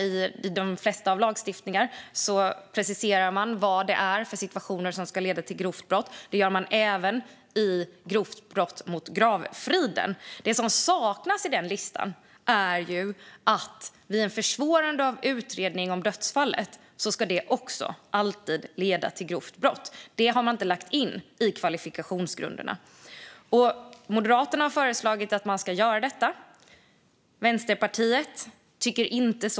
I lagstiftning preciserar man ofta detta och även när det gäller grovt gravfridsbrott. Det som saknas här är att ett försvårande av utredningen av ett dödsfall alltid ska utgöra grovt brott. Detta har man inte lagt in kvalifikationsgrunderna. Moderaterna föreslår att man ska göra det, men Vänsterpartiet tycker inte det.